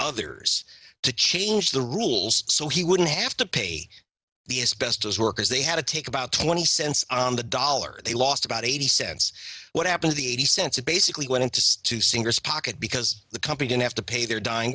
others to change the rules so he wouldn't have to pay the as best as workers they had to take about twenty cents on the dollar they lost about eighty cents what happen to the eighty cents it basically went to to singers pocket because the company didn't have to pay their dying